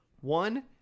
one